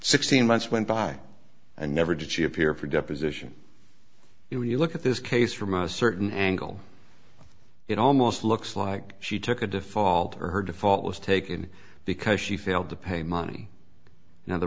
sixteen months went by and never did she appear for deposition you know you look at this case from a certain angle it almost looks like she took a default or her default was taken because she failed to pay money in other